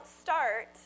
start